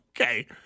Okay